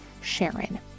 SHARON